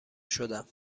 شدم